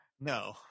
No